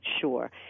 sure